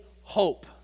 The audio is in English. hope